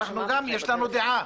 גם לנו יש דעה.